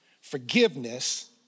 forgiveness